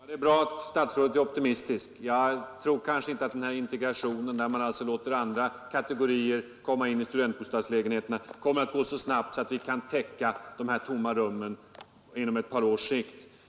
Herr talman! Det är bra att statsrådet är optimistisk. Jag tror kanske inte att den här integrationen, där man alltså låter andra kategorier komma in i bostadslägenheterna, går så snabbt att man därigenom kan täcka de tomma rummen inom ett par år.